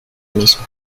mismo